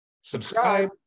subscribe